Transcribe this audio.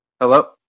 Hello